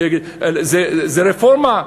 זו רפורמה.